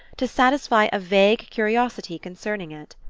to satisfy a vague curiosity concerning it.